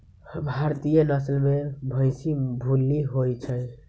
भारतीय नसल में भइशी भूल्ली होइ छइ